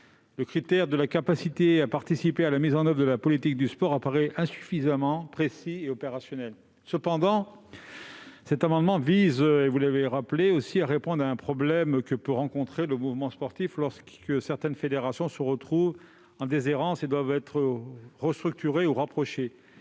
le critère de la capacité à participer à la mise en oeuvre de la politique du sport apparaît insuffisamment précis et opérationnel. Cependant, l'amendement vise- vous l'avez rappelé -à répondre au problème que peut rencontrer le mouvement sportif lorsque certaines fédérations se retrouvent en déshérence et doivent être restructurées ou rapprochées.